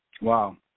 Wow